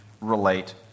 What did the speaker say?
relate